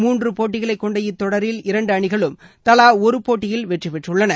மூன்றுபோட்டிகளைகொண்ட இத்தொடரில் இரண்டுஅணிகளும் தலாஒருபோட்டியில் வெற்றிபெற்றுள்ளன